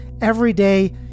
everyday